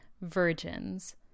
Virgins